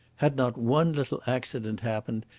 had not one little accident happened,